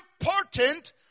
important